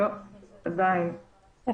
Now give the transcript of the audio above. משרד הבריאות